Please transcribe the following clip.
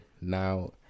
Now